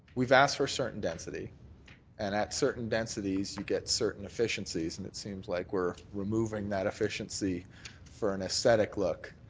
we've asked for certain density and at certain densities you get certain efficiencies and it seems like we're removing that efficiency for an aesthetic look.